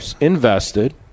invested